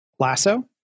Lasso